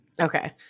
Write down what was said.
Okay